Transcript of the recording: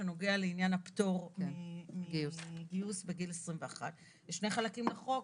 שנוגע לעניין הפטור מגיוס בגיל 21. יש שני חלקים לחוק.